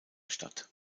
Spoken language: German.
stadt